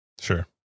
Sure